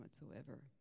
whatsoever